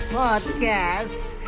podcast